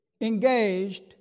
engaged